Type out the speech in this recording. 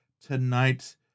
tonight